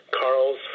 Carl's